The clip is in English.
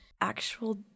actual